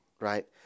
right